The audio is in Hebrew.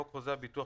חוק חוזה הביטוח,